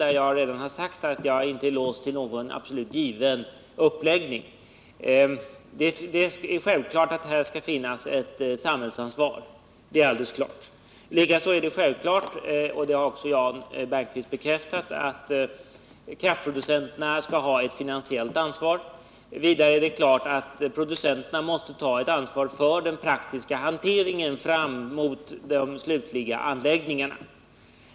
Jag har redan sagt att den inte är låst till någon absolut given uppläggning. Självklart skall här finnas ett samhällsansvar. Likaså är det självklart — och det har också Jan Bergqvist bekräftat — att kraftproducenterna skall ha ett finansiellt ansvar. Vidare är det klart att producenterna måste ta ett ansvar för den praktiska hanteringen fram mot de slutliga anläggningarna.